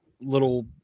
little